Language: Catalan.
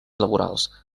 laborals